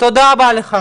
תודה רבה לך.